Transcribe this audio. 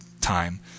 time